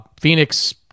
Phoenix